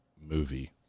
movie